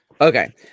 Okay